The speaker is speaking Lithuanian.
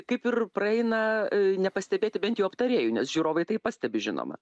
kaip ir praeina nepastebėti bent jau aptarėjų nes žiūrovai tai pastebi žinoma